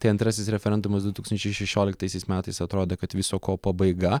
tai antrasis referendumas du tūkstančiai šešioliktaisiais metais atrodė kad viso ko pabaiga